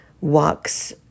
walks